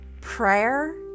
Prayer